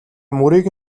мөрийг